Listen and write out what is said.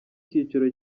icyiciro